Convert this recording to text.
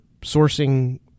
sourcing